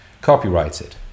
copyrighted